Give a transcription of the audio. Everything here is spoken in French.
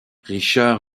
richard